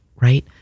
right